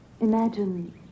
Imagine